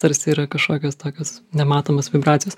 tarsi yra kažkokios tokios nematomos vibracijos